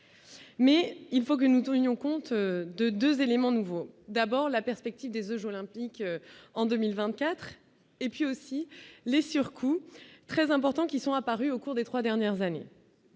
Mais il faut que nous donnions compte de 2 éléments nouveaux : d'abord la perspective des eaux implique en 2024 et puis aussi les surcoûts très importants qui sont apparues au cours des 3 dernières années,